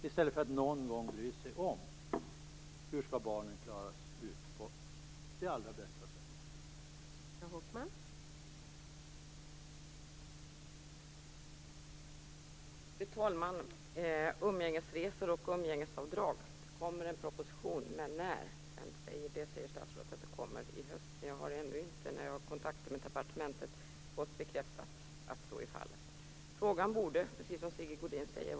I stället borde man någon gång bry sig om hur barnen skall klara det på det allra bästa sättet.